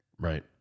Right